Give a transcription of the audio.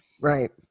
Right